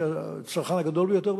שהיא הצרכן הגדול ביותר,